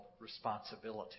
responsibility